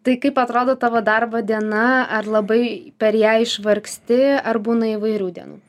tai kaip atrodo tavo darbo diena ar labai per ją išvargsti ar būna įvairių dienų